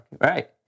Right